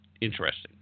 Interesting